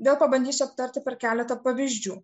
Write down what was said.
vėl pabandysiu aptarti per keletą pavyzdžių